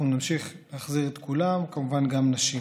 אנחנו נמשיך להחזיר את כולם, כמובן גם נשים.